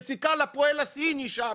יש יציקה לפועל הסיני שמה,